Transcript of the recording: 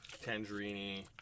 tangerine